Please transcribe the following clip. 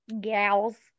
gals